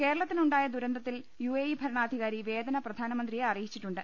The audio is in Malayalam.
കേരളത്തിനുണ്ടായ ദുരന്തത്തിൽ യുഎഇ ഭരണാധികാരി വേദന പ്രധാനമന്ത്രിയെ അറിയിച്ചിട്ടുണ്ട്